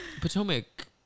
Potomac